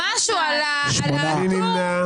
אני באתי רק בשביל להסתכל לכם בעיניים.